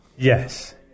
Yes